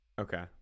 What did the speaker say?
Okay